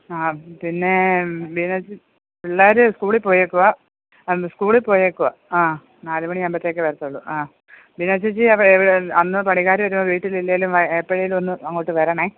ആ പിന്നേ ബീന ചേച്ചി പിള്ളേര് സ്കൂളിൽ പോയേക്കുവാണ് ആ സ്കൂളിൽ പോയേക്കുവാണ് ആ നാല് മണി ആകുമ്പത്തേക്ക് വരുത്തുള്ളു ആ ബീന ചേച്ചി അന്ന് പണിക്കാര് വരുമ്പം വീട്ടിലില്ലേലും എപ്പഴേലുമൊന്ന് അങ്ങോട്ട് വരണേ